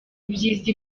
ibyiza